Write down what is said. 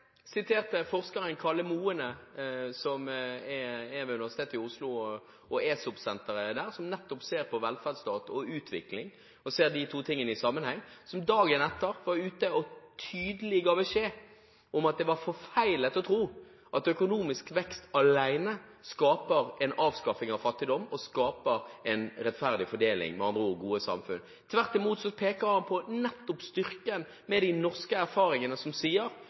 siterte forskeren Kalle Moene, som er ved Universitetet i Oslo og ESOP-senteret der, som nettopp ser på velferdsstat og utvikling, og på de to tingene i sammenheng. Han var dagen etter ute og ga tydelig beskjed om at det var forfeilet å tro at økonomisk vekst alene avskaffer fattigdom og skaper en rettferdig fordeling, med andre ord gode samfunn. Han peker tvert imot på nettopp styrken med de norske erfaringene, som sier